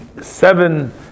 seven